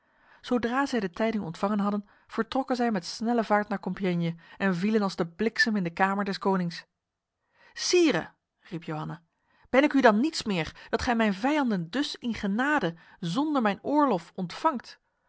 zodra zij de tijding ontvangen hadden vertrokken zij met snelle vaart naar compiègne en vielen als de bliksem in de kamer des konings sire riep johanna ben ik u dan niets meer dat gij mijn vijanden dus in genade zonder mijn oorlof ontvangt